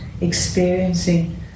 experiencing